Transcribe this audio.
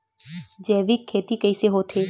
जैविक खेती कइसे होथे?